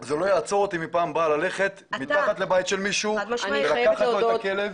זה לא יעצור אותי בפעם הבאה מללכת לבית של מישהו ולקחת לו את הכלב.